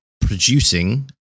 producing